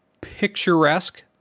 picturesque